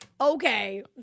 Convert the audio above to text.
Okay